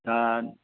दा